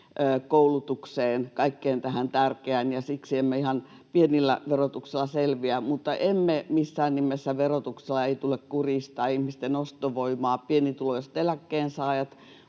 koulutukseen, kaikkeen tähän tärkeään, ja siksi emme ihan pienellä verotuksella selviä. Mutta missään nimessä verotuksella ei tule kurjistaa ihmisten ostovoimaa — pienituloiset eläkkeensaajat